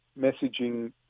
messaging